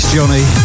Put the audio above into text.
Johnny